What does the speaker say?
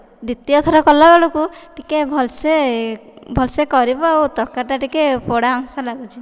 ଦ୍ବିତୀୟ ଥର କଲାବେଳକୁ ଟିକିଏ ଭଲ ସେ ଭଲ ସେ କରିବୁ ଆଉ ତରକାରୀଟା ଟିକିଏ ପୋଡ଼ା ଅଂଶ ଲାଗୁଛି